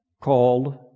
called